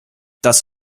das